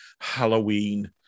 Halloween